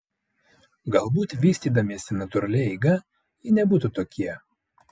galbūt vystydamiesi natūralia eiga jie nebūtų tokie